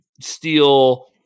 steal –